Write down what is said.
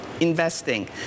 investing